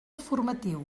formatiu